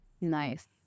Nice